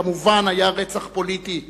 שהיה כמובן רצח פוליטי,